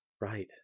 Right